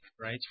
right